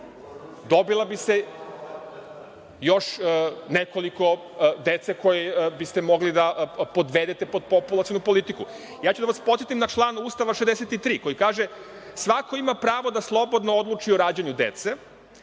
dobilo bi se još nekoliko dece koju biste mogli da podvedete pod populacionu politiku. Podsetiću vas na član 63. Ustava koji kaže – svako ima pravo da slobodno odluči o rađanju dece